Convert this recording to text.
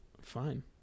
Fine